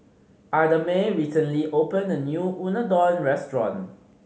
Idamae recently opened a new Unadon restaurant